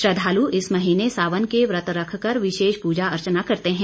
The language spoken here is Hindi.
श्रद्वालु इस महीने सावन के व्रत रख कर विशेष पूजा अर्चना करते हैं